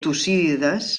tucídides